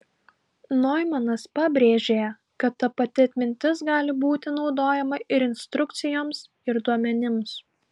noimanas pabrėžė kad ta pati atmintis gali būti naudojama ir instrukcijoms ir duomenims